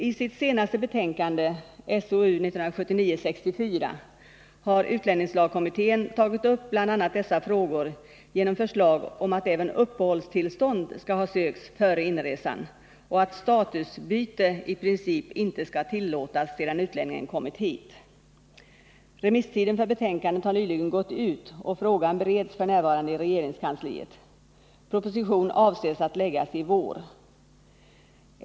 Isitt senaste betänkande har utlänningslagkommittén tagit upp bl.a. dessa frågor genom förslag om att även uppehållstillstånd skall ha sökts före inresan och att statusbyte i princip inte skall tillåtas sedan utlänningen kommit hit. Remisstiden för betänkandet har nyligen gått ut och frågan bereds f. n. i regeringskansliet. Proposition avses att framläggas i vår.